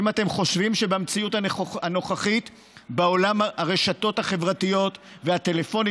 האם אתם חושבים שבמציאות הנוכחית בעולם הרשתות החברתיות והטלפונים